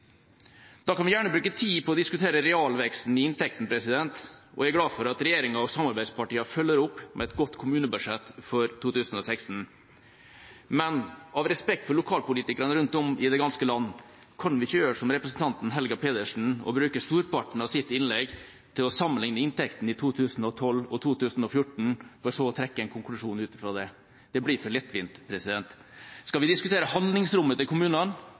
Da kan vi gjerne bruke tid på å diskutere realveksten i inntekten, og jeg er glad for at regjeringa og samarbeidspartiene følger opp med et godt kommunebudsjett for 2016. Men av respekt for lokalpolitikerne rundt om i det ganske land kan vi ikke gjøre som representanten Helga Pedersen og bruke storparten av innlegget til å sammenligne inntektene i 2012 og 2014 for så å trekke en konklusjon ut ifra det. Det blir for lettvint. Skal vi diskutere handlingsrommet til kommunene,